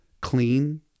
clean